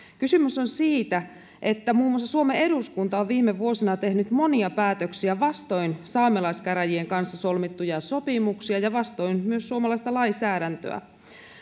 kysymys on siitä että muun muassa suomen eduskunta on viime vuosina tehnyt monia päätöksiä vastoin saamelaiskäräjien kanssa solmittuja sopimuksia ja vastoin myös suomalaista lainsäädäntöä